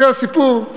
אחרי הסיפור,